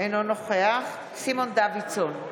אינו נוכח סימון דוידסון,